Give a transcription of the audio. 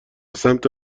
سمت